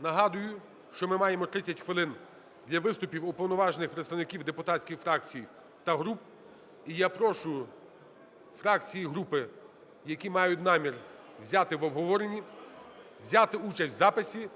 нагадую, що ми маємо 30 хвилин для виступів уповноважених представників депутатських фракцій та груп. І я прошу фракції і групи, які мають намір взяти в обговоренні, взяти участь в записі